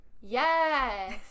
Yes